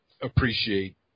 appreciate